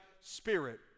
spirit